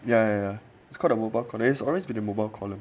ya it's quite a mobile column it always been the mobile column